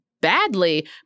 badly